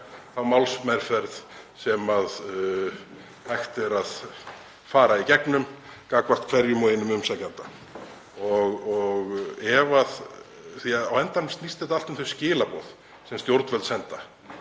þá málsmeðferð sem hægt er að fara í gegnum gagnvart hverjum og einum umsækjanda, því að á endanum snýst þetta allt um þau skilaboð sem stjórnvöld senda.